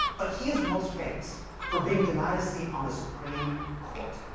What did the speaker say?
but he's most famous for being denied a seat on the supreme court.